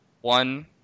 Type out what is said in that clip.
One